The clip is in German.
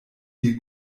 dir